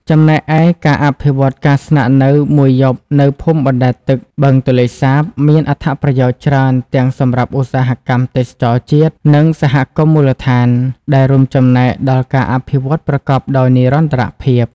ចំណែកឯ ការអភិវឌ្ឍការស្នាក់នៅមួយយប់នៅភូមិបណ្ដែតទឹកបឹងទន្លេសាបមានអត្ថប្រយោជន៍ច្រើនទាំងសម្រាប់ឧស្សាហកម្មទេសចរណ៍ជាតិ និងសហគមន៍មូលដ្ឋាន ដែលរួមចំណែកដល់ការអភិវឌ្ឍប្រកបដោយនិរន្តរភាព។